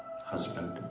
husband